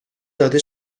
داده